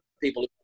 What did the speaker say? people